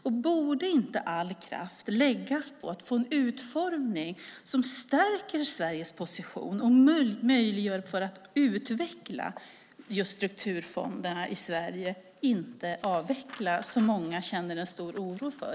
Och borde inte all kraft läggas på att få en utformning som stärker Sveriges position och som möjliggör att strukturfonderna i Sverige utvecklas, inte avvecklas som många i dag känner en stor oro för?